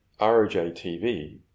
ROJ-TV